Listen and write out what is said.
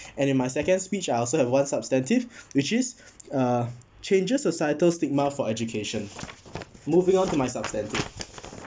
and in my second speech I also have one substantive which is uh changes societal stigma for education moving on to my substantive